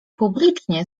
publicznie